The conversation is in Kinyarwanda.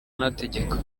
anategeka